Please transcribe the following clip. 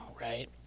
right